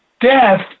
death